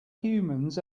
humans